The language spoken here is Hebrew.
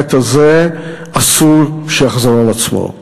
החטא הזה, אסור שיחזור על עצמו.